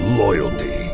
loyalty